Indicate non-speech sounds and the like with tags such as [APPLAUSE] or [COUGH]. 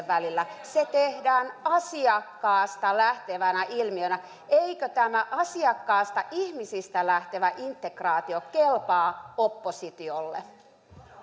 [UNINTELLIGIBLE] välillä se tehdään asiakkaasta lähtevänä ilmiönä eikö tämä asiakkaista ihmisistä lähtevä integraatio kelpaa oppositiolle